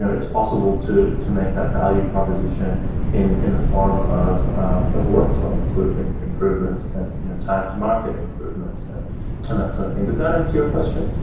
it's possible to to make that value proposition in in the form of um of workflow improvements improvements and you know time to market improvements and and that sort of thing. does that answer your question?